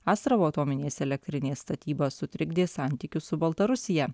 astravo atominės elektrinės statybos sutrikdė santykius su baltarusija